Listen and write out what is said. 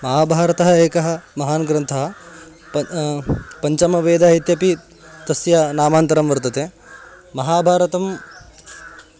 महाभारतं एकः महान् ग्रन्थः पत् पञ्चमवेदः इत्यपि तस्य नामान्तरं वर्तते महाभारतं